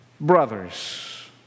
brothers